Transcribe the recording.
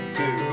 two